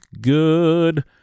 good